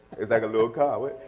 like a little car.